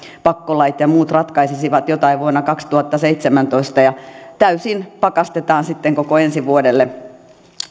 pakkolait ja muut ratkaisisivat jotain vuonna kaksituhattaseitsemäntoista ja täysin pakastetaan sitten koko ensi vuodelle